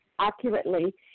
Accurately